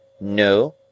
No